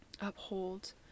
uphold